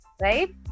right